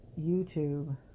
YouTube